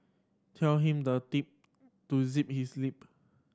tell him the deep to zip his lip